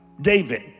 David